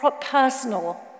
personal